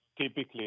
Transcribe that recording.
typically